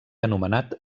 anomenat